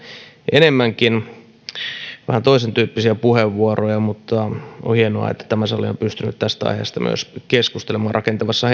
enemmänkin vähän toisentyyppisiä puheenvuoroja mutta on hienoa että tämä sali on pystynyt myös tästä aiheesta keskustelemaan rakentavassa